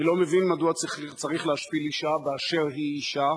אני לא מבין מדוע צריך להשפיל אשה באשר היא אשה,